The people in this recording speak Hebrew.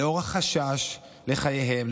לאור החשש לחייהם,